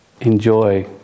enjoy